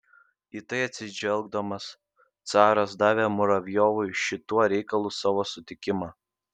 į tai atsižvelgdamas caras davė muravjovui šituo reikalu savo sutikimą